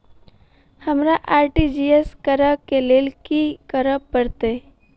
हमरा आर.टी.जी.एस करऽ केँ लेल की करऽ पड़तै?